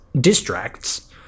distracts